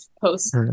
post